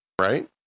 right